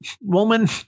Woman